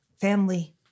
family